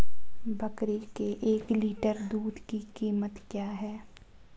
बकरी के एक लीटर दूध की कीमत क्या है?